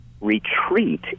retreat